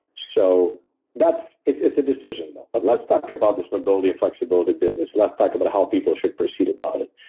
so that's it's it's a decision, though. but let's talk about this mobility and flexibility business. let's talk about how people should proceed about it.